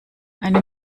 eine